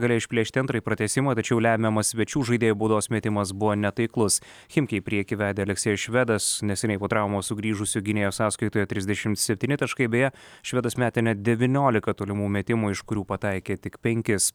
galėjo išplėšti antrąjį pratęsimą tačiau lemiamas svečių žaidėjų baudos metimas buvo netaiklus chimki į priekį vedė aleksejus švedas neseniai po traumos sugrįžusio gynėjo sąskaitoje trisdešim septyni taškai beje švedas metė net devyniolika tolimų metimų iš kurių pataikė tik penkis